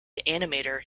animator